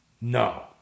No